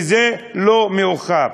וזה לא מאוחר.